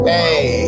Hey